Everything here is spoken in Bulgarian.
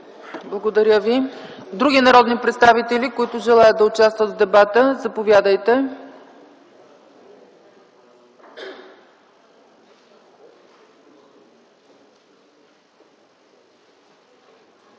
Благодаря Ви. Други народни представител, които желаят да участват в дебата? Заповядайте.